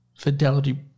Fidelity